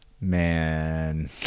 Man